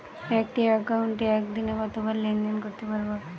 একটি একাউন্টে একদিনে কতবার লেনদেন করতে পারব?